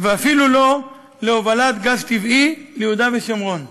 ואפילו לא להובלת גז טבעי ליהודה ושומרון,